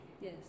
Yes